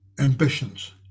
ambitions